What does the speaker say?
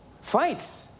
fights